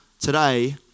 today